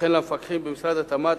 וכן למפקחים במשרד התמ"ת,